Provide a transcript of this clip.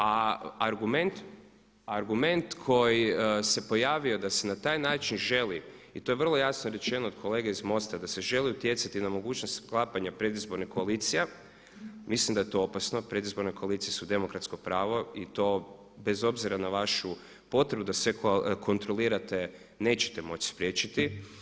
A argument koji se pojavio da se na taj način želi i to je vrlo jasno rečeno od kolege iz MOST-a da se želi utjecati nemogućnost sklapanja predizbornih koalicija, mislim da je to opasno predizborna koalicije su demokratsko pravo i to bez obzira na vašu potrebu da sve kontrolirate nećete moći spriječiti.